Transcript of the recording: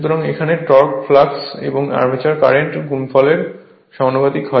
সুতরাং এখানে torque flux এবং আর্মেচার কারেন্টের গুণফলের সমানুপাতিক হয়